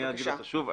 אומר אותה שוב.